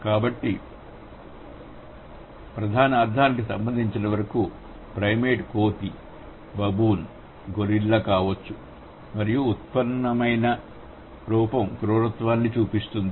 కాబట్టి ప్రధాన అర్ధానికి సంబంధించినంతవరకు ప్రైమేట్ కోతి బబూన్ గొరిల్లా కావచ్చు మరియు ఉత్పన్నమైన రూపం క్రూరత్వాన్ని సూచిస్తుంది